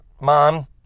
mom